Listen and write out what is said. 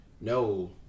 No